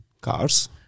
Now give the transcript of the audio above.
Cars